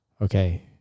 Okay